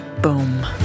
Boom